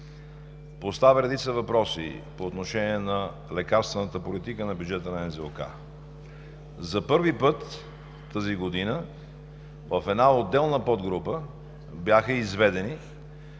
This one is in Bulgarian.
поставя редица въпроси по отношение на лекарствената политика на бюджета на НЗОК. За първи път тази година в отделна подгрупа бяха изведени